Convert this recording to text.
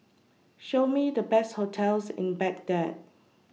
Show Me The Best hotels in Baghdad